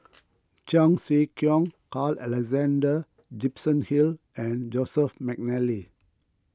Cheong Siew Keong Carl Alexander Gibson Hill and Joseph McNally